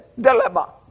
dilemma